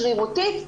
שרירותית,